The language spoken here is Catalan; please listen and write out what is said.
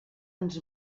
ens